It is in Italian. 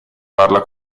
parla